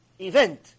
event